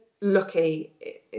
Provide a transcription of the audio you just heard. lucky